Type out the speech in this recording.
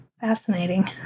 Fascinating